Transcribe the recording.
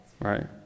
Right